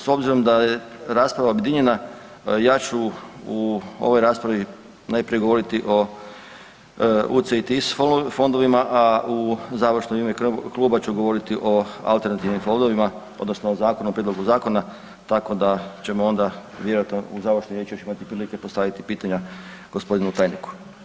S obzirom da je rasprava objedinjena, ja ću u ovoj raspravi najprije govoriti o UCITS fondovima, a u završno u ime kluba ću govoriti o alternativnim fondovima, odnosno o zakonu, o prijedlogu zakona tako da ćemo onda vjerojatno u završnoj riječi još imati prilike postaviti pitanja g. tajniku.